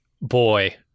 Boy